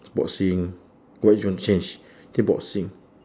boxing what you gonna change kickboxing